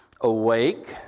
awake